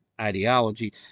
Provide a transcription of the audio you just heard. ideology